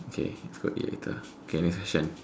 okay go eat later K next question